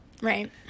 right